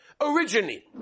Originally